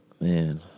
man